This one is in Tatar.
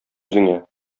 үзеңә